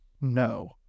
No